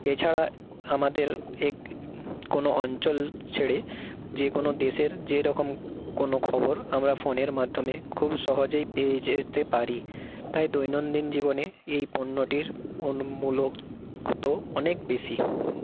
এছাড়া আমাদের কোনও অঞ্চল ছেড়ে যে কোনও দেশের যেরকম কোনও খবর আমরা ফোনের মাধ্যমে খুব সহজেই পেয়ে যেতে পারি তাই দৈনন্দিন জীবনে এই পণ্যটির মূল্য কত অনেক বেশি